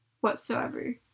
whatsoever